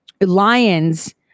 lions